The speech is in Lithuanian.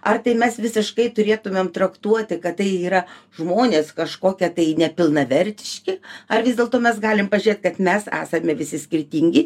ar tai mes visiškai turėtumėm traktuoti kad tai yra žmonės kažkokie tai nepilnavertiški ar vis dėlto mes galim pažėt kad mes esame visi skirtingi